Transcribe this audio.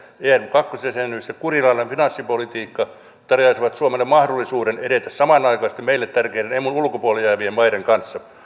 kakkosjäsenyys ja kurinalainen finanssipolitiikka tarjoaisivat suomelle mahdollisuuden edetä samanaikaisesti meille tärkeän emun ulkopuolelle jäävien maiden kanssa